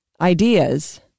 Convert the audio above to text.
Ideas